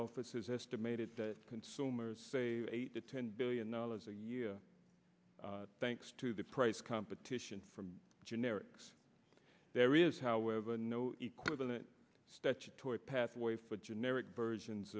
office has estimated that consumers say eight to ten billion dollars a year thanks to the price competition from generics there is however no equivalent statutory pathway for generic versions